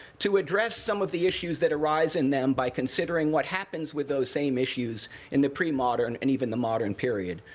to address some of the issues that arise in them by considering what happens with those same issues in the pre-modern and even the modern period.